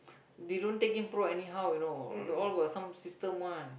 they don't take in pro anyhow you know the all got some system one